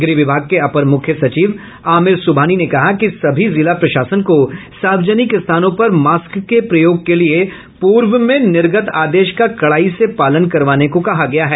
गृह विभाग के अपर मुख्य सचिव आमिर सुबहानी ने कहा कि सभी जिला प्रशासन को सार्वजनिक स्थानों पर मास्क के प्रयोग के लिए पूर्व में निर्गत आदेश का कड़ाई से पालन करवाने को कहा गया है